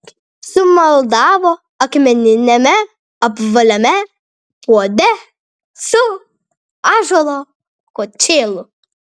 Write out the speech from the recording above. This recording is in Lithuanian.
sumaldavo akmeniniame apvaliame puode su ąžuolo kočėlu